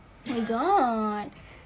my god